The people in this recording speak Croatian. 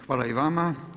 Hvala i vama.